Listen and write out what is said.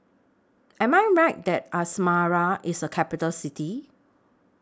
Am I Right that Asmara IS A Capital City